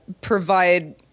provide